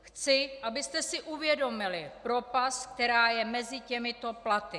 Chci, abyste si uvědomili propast, která je mezi těmito platy.